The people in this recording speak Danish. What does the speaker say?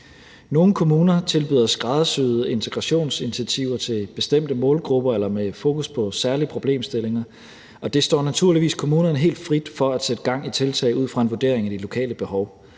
Nogle kommuner tilbyder skræddersyede integrationsinitiativer til bestemte målgrupper eller med fokus på særlige problemstillinger. Det står naturligvis kommunerne helt frit for at sætte gang i tiltag ud fra en vurdering af de lokale behov,